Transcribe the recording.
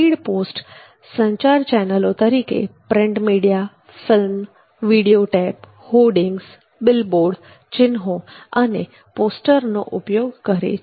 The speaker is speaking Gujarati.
સ્પીડ પોસ્ટ સંચાર ચેનલો તરીકે print media film video tape hoardings billboard ચિન્હો અને પોસ્ટરનો ઉપયોગ કરે છે